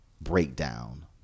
breakdown